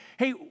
Hey